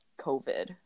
COVID